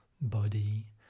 body